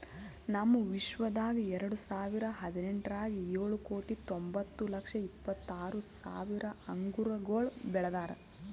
ನಮ್ ವಿಶ್ವದಾಗ್ ಎರಡು ಸಾವಿರ ಹದಿನೆಂಟರಾಗ್ ಏಳು ಕೋಟಿ ತೊಂಬತ್ತು ಲಕ್ಷ ಇಪ್ಪತ್ತು ಆರು ಸಾವಿರ ಅಂಗುರಗೊಳ್ ಬೆಳದಾರ್